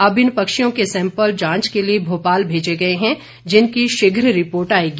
अब इन पक्षियों के सैम्पल जांच के लिए भोपाल भेजे गए हैं जिनकी शीघ्र रिपोर्ट आएगी